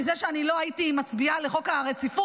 מזה שאני לא הייתי מצביעה בעד חוק הרציפות,